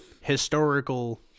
historical